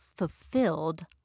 fulfilled